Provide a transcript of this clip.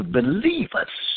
believers